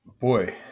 boy